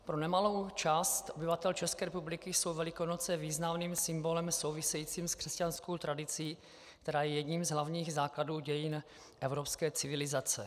Pro nemalou část obyvatel České republiky jsou Velikonoce významným symbolem souvisejícím s křesťanskou tradicí, která je jedním z hlavních základů dějin evropské civilizace.